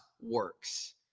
works